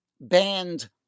banned